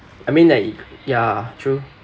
I mean like ya true